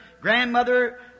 Grandmother